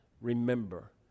remember